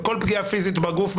פגיעה פיזית בגוף,